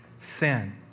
sin